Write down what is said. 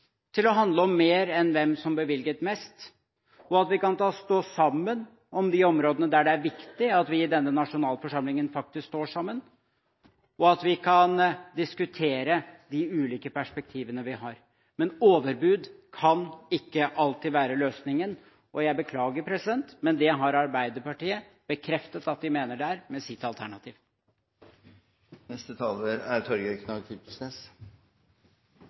til å handle om mer enn hvem som bevilget mest, at vi kan stå sammen om de områdene der det er viktig at vi i denne nasjonalforsamlingen faktisk står sammen, og at vi kan diskutere de ulike perspektivene vi har. Men overbud kan ikke alltid være løsningen, og jeg beklager, men det har Arbeiderpartiet bekreftet at de mener det er, med sitt alternative budsjett. Eg må få svare på innlegget til Bakke-Jensen. Først vil eg berre seie at eg er